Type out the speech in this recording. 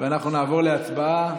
ואנחנו נעבור להצבעה.